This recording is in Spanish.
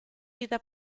vida